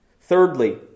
Thirdly